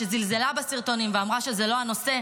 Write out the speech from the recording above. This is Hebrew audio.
שזלזלה בסרטונים ואמרה שזה לא הנושא.